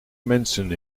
mensen